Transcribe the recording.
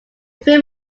film